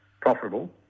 profitable